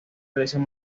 realizan